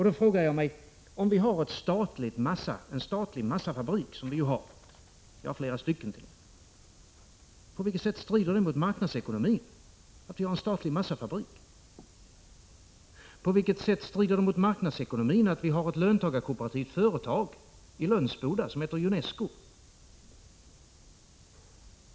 Då frågar jag mig: Om vi har en statlig massafabrik — det har vi ju flera stycken t.o.m. — på vilket sätt strider det mot marknadsekonomin? På vilket sätt strider det mot marknadsekonomin att vi har ett löntagarkooperativt företag i Lönsboda som heter Junesco?